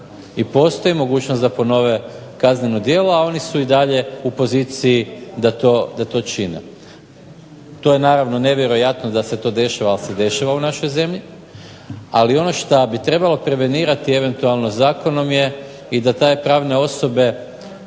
i postoji mogućnost da ponove kazneno djelo, a oni su i dalje u poziciji da to čine. To je naravno nevjerojatno da se to dešava, ali se dešava u našoj zemlji. Ali ono što bi trebalo prevenirati eventualno zakonom je i te pravne osobe